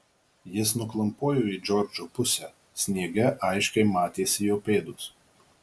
jis nuklampojo į džordžo pusę sniege aiškiai matėsi jo pėdos